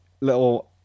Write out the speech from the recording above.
little